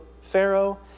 Pharaoh